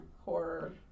horror